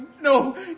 no